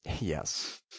Yes